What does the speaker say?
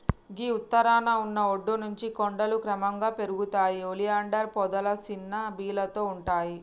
గీ ఉత్తరాన ఉన్న ఒడ్డు నుంచి కొండలు క్రమంగా పెరుగుతాయి ఒలియాండర్ పొదలు సిన్న బీలతో ఉంటాయి